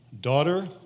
Daughter